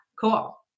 Cool